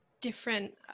different